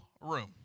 room